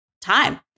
time